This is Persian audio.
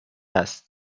است